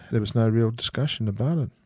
there was no real discussion about it.